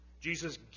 Jesus